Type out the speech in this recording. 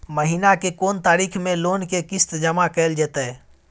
महीना के कोन तारीख मे लोन के किस्त जमा कैल जेतै?